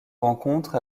rencontre